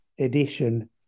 edition